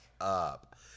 up